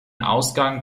ausgang